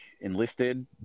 enlisted